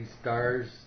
stars